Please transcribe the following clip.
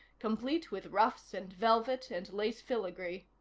complete with ruffs and velvet and lace filigree.